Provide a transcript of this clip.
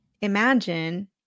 Imagine